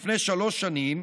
לפני שלוש שנים,